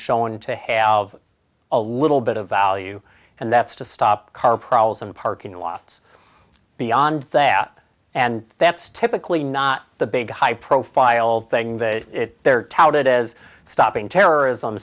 shown to have a little bit of value and that's to stop car prowls and parking lots beyond that and that's typically not the big high profile thing that they're touted as stopping terrorism